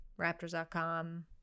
Raptors.com